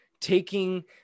taking